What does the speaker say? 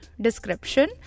description